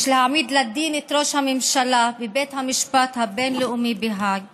יש להעמיד לדין את ראש הממשלה בבית המשפט הבין-לאומי בהאג